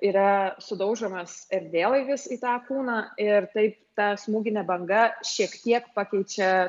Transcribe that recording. yra sudaužomas erdvėlaivis į tą kūną ir taip ta smūginė banga šiek tiek pakeičia